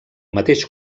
mateix